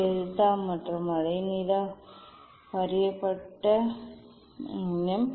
delta மற்றும் அலைநீளம் அறியப்பட்ட அலைநீளம்